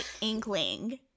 inkling